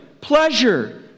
pleasure